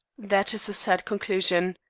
that is a sad conclusion.